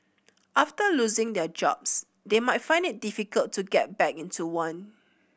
after losing their jobs they may find it difficult to get back into one